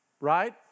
right